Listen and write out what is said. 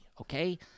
Okay